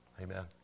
Amen